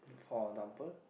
for example